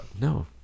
No